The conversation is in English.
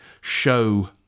show